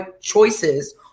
choices